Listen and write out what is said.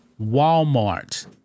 Walmart